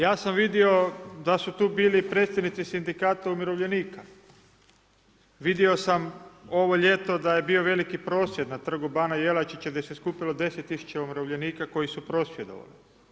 Ja sam vidio da su tu bili predstavnici Sindikata umirovljenika, vidio sam ovo ljeto da je bio veliki prosvjed na Trgu bana Jelačića gdje se skupilo 10 000 umirovljenika koji su prosvjedovali.